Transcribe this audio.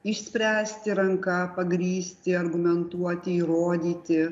išspręsti ranka pagrįsti argumentuoti įrodyti